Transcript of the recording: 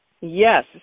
Yes